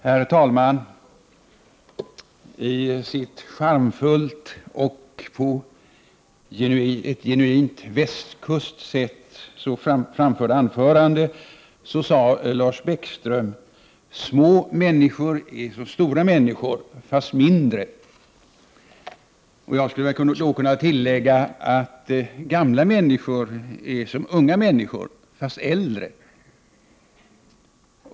Herr talman! I sitt charmfullt och på ett genuint västkustskt sätt framförda anförande sade Lars Bäckström: Små människor är som stora människor, fast mindre. Jag skulle då kunna tillägga: Gamla människor är som unga människor, fast äldre.